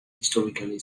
historically